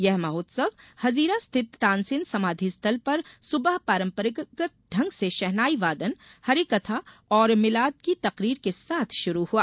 यह महोत्सव हजीरा स्थित तानसेन समाधि स्थल पर सुबह परंपरागत ढंग से शहनाई वादन हरिकथा और मिलाद की तकरीर के साथ शुरू हुआ